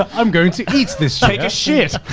um i'm going to eat this. take a shit.